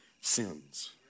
sins